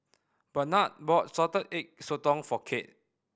Barnard bought Salted Egg Sotong for Kade